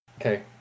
Okay